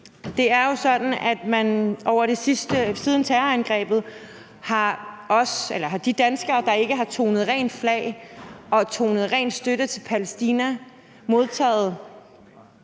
det jo er sådan, at siden terrorangrebet har de danskere, der ikke har tonet rent flag og udtrykt ren støtte til Palæstina, inklusive